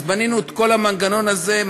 אז בנינו את כל המנגנון הזה,